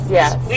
yes